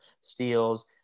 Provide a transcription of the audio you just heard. steals